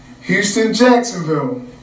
Houston-Jacksonville